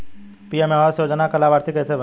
PM आवास योजना का लाभर्ती कैसे बनें?